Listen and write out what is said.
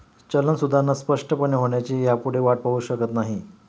चलन सुधारणा स्पष्टपणे होण्याची ह्यापुढे वाट पाहु शकत नाही